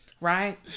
Right